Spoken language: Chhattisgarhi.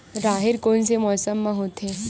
राहेर कोन से मौसम म होथे?